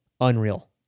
unreal